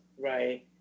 Right